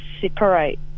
separate